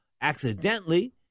accidentally